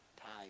time